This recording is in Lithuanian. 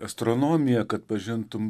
astronomiją kad pažintum